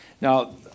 Now